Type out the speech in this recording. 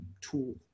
tool